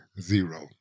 Zero